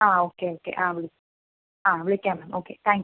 ആ okay okay ആ ആ വിളിക്കാം ഓക്കെ താങ്ക് യു